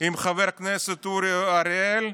עם חבר הכנסת אורי אריאל,